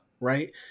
Right